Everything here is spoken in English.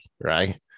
right